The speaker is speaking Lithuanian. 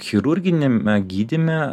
chirurginiame gydyme